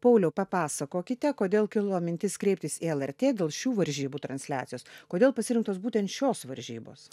pauliau papasakokite kodėl kilo mintis kreiptis į lrt dėl šių varžybų transliacijos kodėl pasirinktos būtent šios varžybos